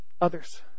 others